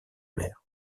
mer